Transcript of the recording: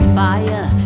fire